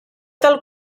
del